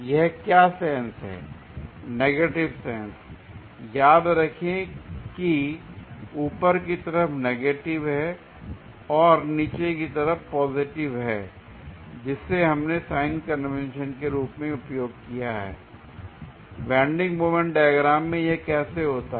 यह क्या सेंस है नेगेटिव सेंस l याद रखें कि ऊपर की तरफ नेगेटिव है और नीचे की तरफ पॉजिटिव है जिसे हमने साइन कन्वेंशन के रूप में उपयोग किया है l बेंडिंग मोमेंट डायग्राम में यह कैसे होता है